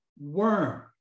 worm